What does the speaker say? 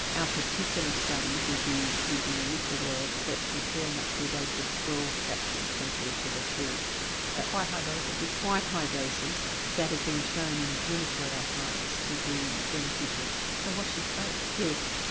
our particular study will be using a liquid oil but comparing up to a dose of twelve capsules compared to the two. so quite high doses. quite high doses that have been shown in rheumatoid arthritis to be beneficial. so watch this space. yes,